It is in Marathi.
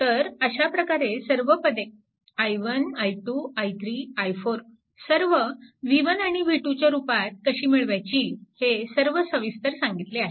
तर अशा प्रकारे सर्व पदे i1 i2 i3 i4 सर्व v1 आणि v2 च्या रूपात कशी मिळवायची हे सर्व सविस्तर सांगितले आहे